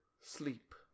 Sleep